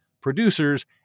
producers